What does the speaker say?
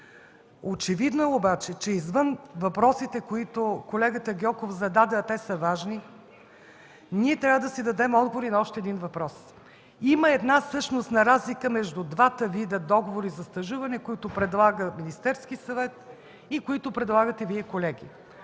Очевидно е обаче, че извън въпросите, които колегата Гьоков зададе, а те са важни, ние трябва да си дадем отговор и на още един въпрос. Има една същностна разлика между двата вида договори за стажуване, които предлага Министерският съвет и които предлагате Вие, колеги.